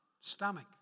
stomach